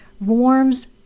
warms